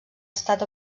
estat